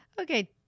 Okay